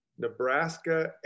Nebraska